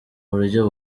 buryo